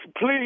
please